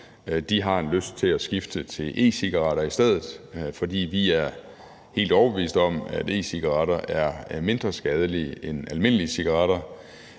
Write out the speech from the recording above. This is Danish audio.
har en lyst til at skifte til e-cigaretter i stedet, for vi er helt overbevist om, at e-cigaretter er mindre skadelige end almindelige cigaretter.